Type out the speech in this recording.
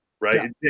right